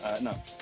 No